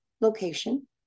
location